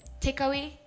takeaway